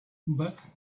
but